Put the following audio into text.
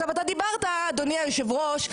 אדוני היושב-ראש,